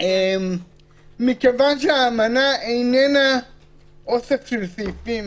כיוון שהאמנה אינה אוסף של סעיפים